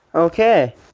Okay